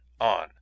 ON